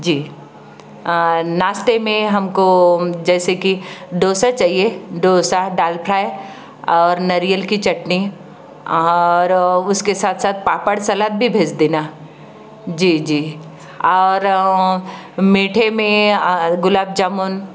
जी नाश्ते में हमको जैसे की डोसा चाहिए डोसा डाल फ्राई और नरियल की चटनी और उसके साथ साथ पापड़ सलाद भी भेज देना जी जी और मीठे में गुलाब जामुन